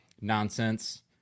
nonsense